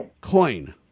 Coin